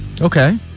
Okay